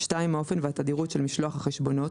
(2)האופן והתדירות של משלוח החשבונות,